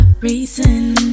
Reason